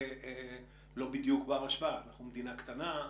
בדיוק בר-השוואה כי אנחנו מדינה קטנה,